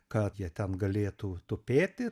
kad jie ten galėtų tupėti